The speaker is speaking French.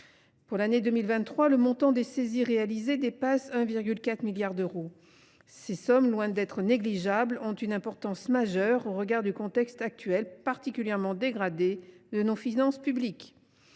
Pour l’année 2023, le montant des saisies réalisées dépasse 1,4 milliard d’euros ! Cette somme, loin d’être négligeable, est d’une importance majeure, au regard de l’état particulièrement dégradé de nos finances publiques…